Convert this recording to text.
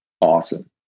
awesome